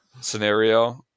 scenario